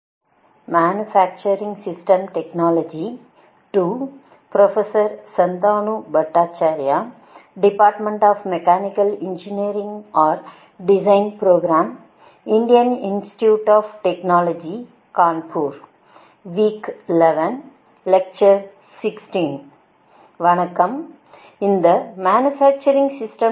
வணக்கம் இந்த manufacturing system technology பகுதி 2 தொகுதி 16 க்கு வரவேற்கிறோம்